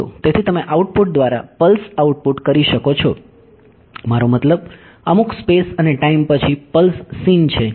તેથી તમે આઉટપુટ દ્વારા પલ્સ આઉટપુટ કરી શકો છો મારો મતલબ અમુક સ્પેસ અને ટાઈમ પછી પલ્સ સીન છે